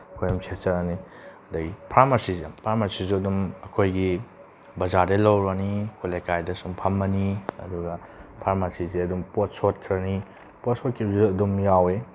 ꯑꯩꯈꯣꯏ ꯑꯗꯨꯝ ꯁꯦꯠꯆꯔꯅꯤ ꯑꯗꯒꯤꯗꯤ ꯐꯥꯔꯃꯥꯁꯤꯁꯦ ꯐꯥꯔꯃꯥꯁꯤꯁꯨ ꯑꯗꯨꯝ ꯑꯩꯈꯣꯏꯒꯤ ꯕꯖꯥꯔꯗꯒꯤ ꯂꯧꯔꯨꯔꯅꯤ ꯑꯩꯈꯣꯏ ꯂꯩꯀꯥꯏꯗ ꯁꯨꯝ ꯐꯝꯃꯅꯤ ꯑꯗꯨꯒ ꯐꯥꯔꯃꯥꯁꯤꯁꯦ ꯑꯗꯨꯝ ꯄꯣꯠ ꯁꯣꯠꯈ꯭ꯔꯅꯤ ꯄꯣꯠ ꯁꯣꯠꯈꯤꯕꯁꯨ ꯑꯗꯨꯝ ꯌꯥꯎꯋꯤ